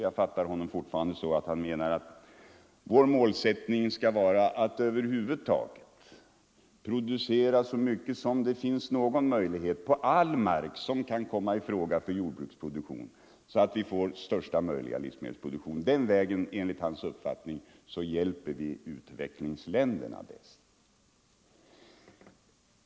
Jag fattar honom fortfarande så att han menar att vår målsättning skall vara att producera så mycket som möjligt på all mark som kan komma i fråga för jordbruksproduktion, så att vi får största möjliga livsmedelsproduktion. Den vägen hjälper vi, enligt hans uppfattning, utvecklingsländerna bäst.